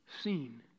seen